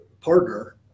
partner